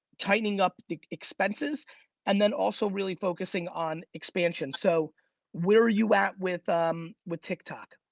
tightening up the expenses and then also really focusing on expansion. so where are you at with um with tik tok?